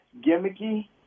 gimmicky